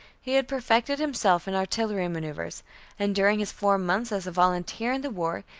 he had perfected himself in artillery maneuvers and during his four months as a volunteer in the war,